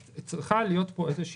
צריכה להיות פה איזו תכלית.